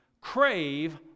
crave